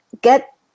get